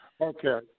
Okay